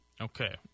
Okay